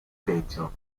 peggio